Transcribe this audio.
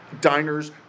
diners